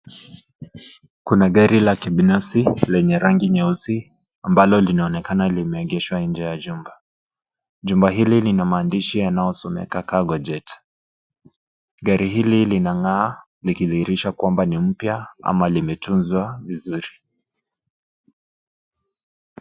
Kuna gari la kibinafsi lenye rangi nyeusi ambalo linaonekana limeegeshwa nje ya jumba. Jumba hili lina maandishi yanayosomeka Cargojet . Gari hili linang'aa nikidhihirisha kwamba ni mpya ama limetunzwa vizuri.